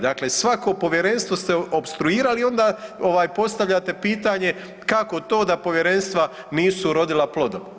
Dakle, svako povjerenstvo ste opstruirali i onda postavljate pitanje kako to da povjerenstva nisu urodila plodom.